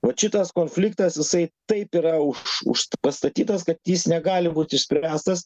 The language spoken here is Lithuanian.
vot šitas konfliktas jisai taip yra užsta pastatytas kad jis negali būti išspręstas